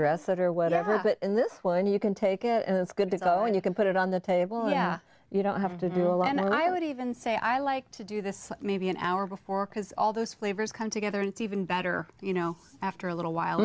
dress that or whatever but in this one you can take a good to go and you can put it on the table yeah you don't have to do a lot and i would even say i like to do this maybe an hour before because all those flavors come together and even better you know after a little while